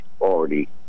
already